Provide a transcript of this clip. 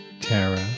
Tara